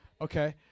Okay